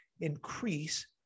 increase